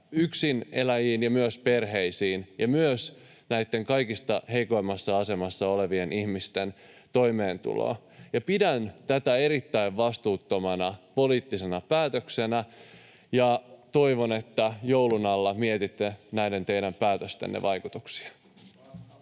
yksineläjiin ja myös perheisiin ja myös näitten kaikista heikoimmassa asemassa olevien ihmisten toimeentuloon. Pidän tätä erittäin vastuuttomana poliittisena päätöksenä ja toivon, että joulun alla mietitte näiden teidän päätöstenne vaikutuksia.